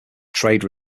trade